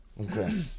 Okay